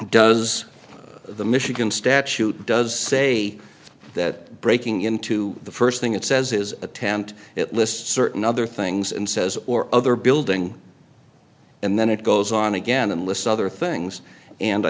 does the michigan statute does say that breaking into the first thing it says is a tent it lists certain other things and says or other building and then it goes on again and lists of things and i